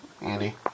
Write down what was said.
Andy